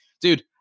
dude